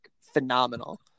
phenomenal